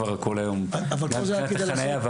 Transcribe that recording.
כבר הכול גם מבחינת החניה,